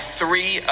three